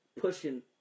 pushing